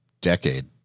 decade